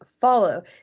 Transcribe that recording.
follow